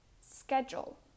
schedule